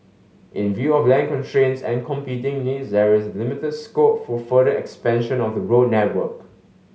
in view of land constraints and competing needs there is limited scope for further expansion of the road network